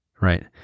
Right